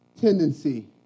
tendency